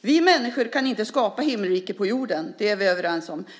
Vi människor kan inte skapa himmelriket på jorden. Det är vi överens om.